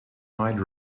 wide